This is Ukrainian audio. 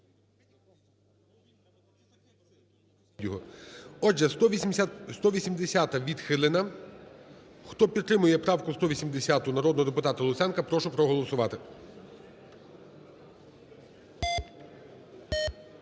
Отже, 180-а – відхилена. Хто підтримує правку 180 народного депутата Луценка, прошу проголосувати.